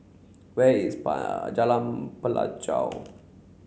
where is Jalan Pelajau